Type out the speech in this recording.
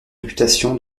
réputation